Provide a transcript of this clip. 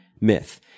myth